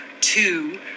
two